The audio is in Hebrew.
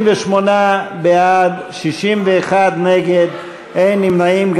58 בעד, 61 נגד, אין נמנעים.